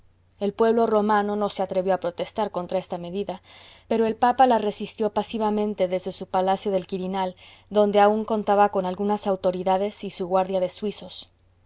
el pueblo romano no se atrevió a protestar contra esta medida pero el papa la resistió pasivamente desde su palacio del quirinal donde aun contaba con algunas autoridades y su guardia de suizos